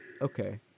Okay